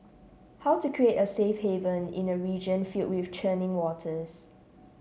how to create a safe haven in a region fill with churning waters